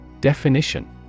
Definition